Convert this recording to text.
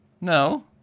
No